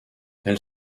elle